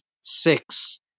six